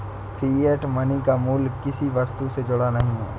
fiat money का मूल्य किसी वस्तु से जुड़ा नहीं है